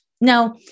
Now